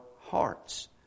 hearts